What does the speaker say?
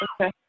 Okay